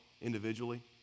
individually